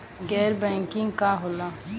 गैर बैंकिंग का होला?